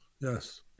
yes